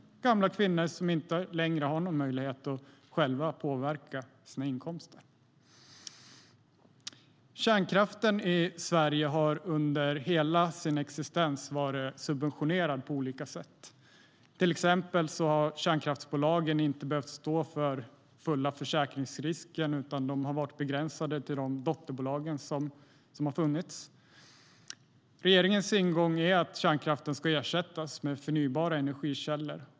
Det är gamla kvinnor som inte längre har någon möjlighet att själva påverka sin inkomst. Kärnkraften har under hela sin existens i Sverige varit subventionerad på olika sätt. Till exempel har kärnkraftsbolagen inte behövt stå för fulla försäkringsrisken, utan den har varit begränsad till de dotterbolag som funnits. Regeringens ingång är att kärnkraften ska ersättas med förnybara energikällor.